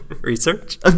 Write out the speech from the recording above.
Research